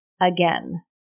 again